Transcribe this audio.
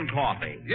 coffee